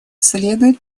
следует